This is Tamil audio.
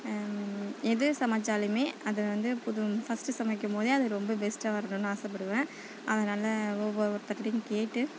எது சமைச்சாலுமே அது வந்து புது ஃபஸ்ட்டு சமைக்கும் போதே அது ரொம்ப பெஸ்ட்டாக வரணும்னு ஆசைப்படுவேன் அதனால ஒவ்வொருத்தங்க கிட்டேயும் கேட்டு